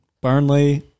Burnley